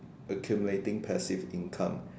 accumulating passive income